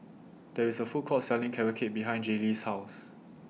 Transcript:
There IS A Food Court Selling Carrot Cake behind Jaylee's House